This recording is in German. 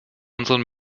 unseren